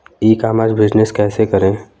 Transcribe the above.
ई commerce business कैसे करें?